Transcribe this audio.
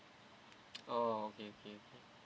oh okay okay okay